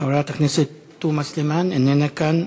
חברת הכנסת תומא סלימאן, איננה כאן.